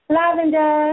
Lavender